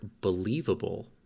believable